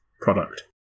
product